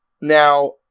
Now